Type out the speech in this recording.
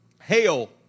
Hail